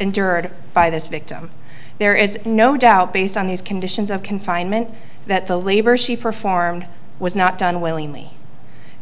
endured by this victim there is no doubt based on these conditions of confinement that the labor she performed was not done willingly